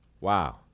Wow